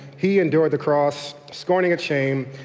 he endured the cross, scorning its shame,